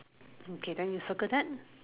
okay then you circle that